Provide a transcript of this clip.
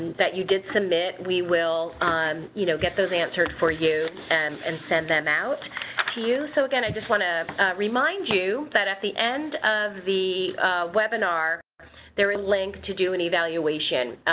that you did submit. we will um you know get those answered for you and and send them out to you. so again i just wanna remind you that at the end of the webinar there in link to do an evaluation.